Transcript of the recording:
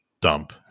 dump